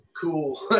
cool